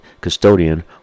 custodian